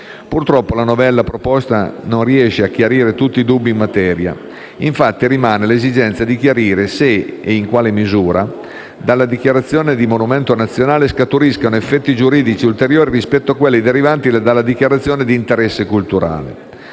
Purtroppo la novella proposta non riesce a chiarire tutti i dubbi in materia. Infatti rimane l'esigenza di chiarire se, e in quale misura, dalla dichiarazione di monumento nazionale scaturiscano effetti giuridici ulteriori rispetto a quelli derivanti dalla dichiarazione di interesse culturale.